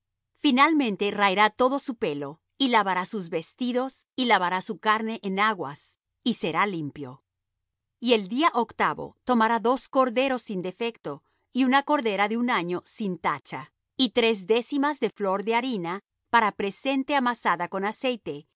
finalmente raerá todo su pelo y lavará sus vestidos y lavará su carne en aguas y será limpio y el día octavo tomará dos corderos sin defecto y una cordera de un año sin tacha y tres décimas de flor de harina para presente amasada con aceite